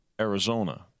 Arizona